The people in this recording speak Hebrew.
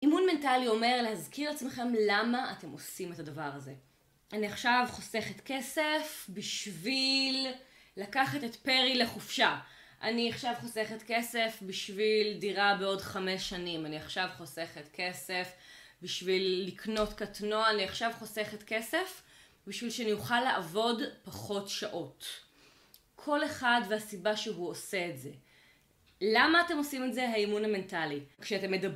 אימון מנטלי אומר להזכיר עצמכם למה אתם עושים את הדבר הזה. אני עכשיו חוסכת כסף בשביל לקחת את פרי לחופשה. אני עכשיו חוסכת כסף בשביל דירה בעוד חמש שנים. אני עכשיו חוסכת כסף בשביל לקנות קטנוע. אני עכשיו חוסכת כסף בשביל שאני אוכל לעבוד פחות שעות. כל אחד והסיבה שהוא עושה את זה. למה אתם עושים את זה? האימון המנטלי. כשאתם מדב..